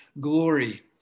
glory